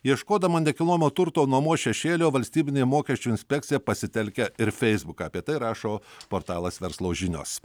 ieškodama nekilnojamo turto nuomos šešėlio valstybinė mokesčių inspekcija pasitelkia ir feisbuką apie tai rašo portalas verslo žinios